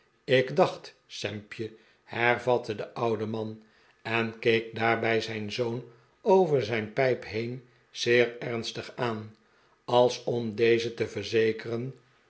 ik dacht sampje hervatte de oude man en keek daarbij zijn zoon over zijn pijp heen zeer ernstig aan als om dezen te verzekeren